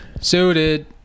suited